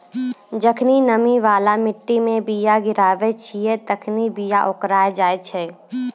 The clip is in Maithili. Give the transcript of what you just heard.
जखनि नमी बाला मट्टी मे बीया गिराबै छिये तखनि बीया ओकराय जाय छै